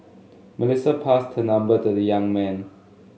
Melissa passed her number to the young man